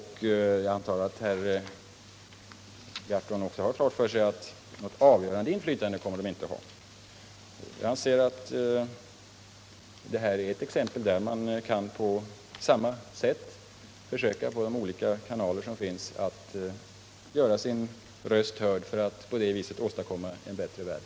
Men jag antar att herr Gahrton har klart för sig att de inte kommer att ha något avgörande inflytande. Jag anser att det här är ett fall där man på samma sätt kan försöka att genom de olika kanaler som finns göra sin röst hörd för att på det viset åstadkomma en bättre värld.